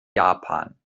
japan